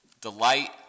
Delight